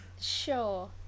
Sure